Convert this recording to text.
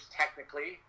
technically